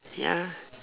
ya